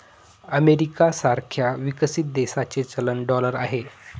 America सारख्या विकसित देशाचे चलन डॉलर आहे